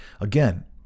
Again